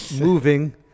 moving